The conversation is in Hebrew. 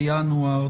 בינואר,